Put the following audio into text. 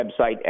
website